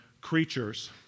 creatures